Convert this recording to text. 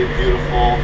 beautiful